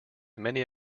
many